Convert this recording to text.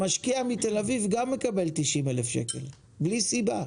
גם המשקיע מתל אביב מקבל 90,000 שקל ללא סיבה.